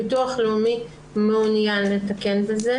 הביטוח הלאומי מעוניין לתקן את זה.